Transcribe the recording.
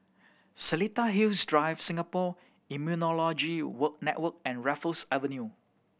Seletar Hills Drive Singapore Immunology Network and Raffles Avenue